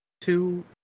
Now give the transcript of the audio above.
two